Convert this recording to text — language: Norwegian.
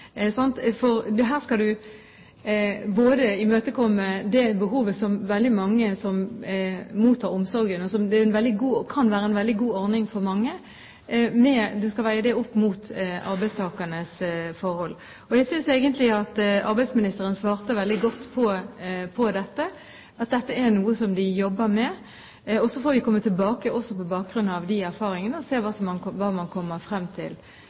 Her skal man imøtekomme behovet fra dem som mottar omsorgen – og for mange av dem kan det være en veldig god ordning – og veie det opp mot arbeidstakernes forhold. Jeg synes egentlig at arbeidsministeren svarte veldig godt på dette – at dette er noe som de jobber med. Så får vi komme tilbake, også på bakgrunn av de erfaringene, og se hva man kommer frem til